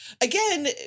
again